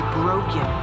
broken